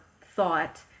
thought